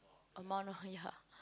amount of ya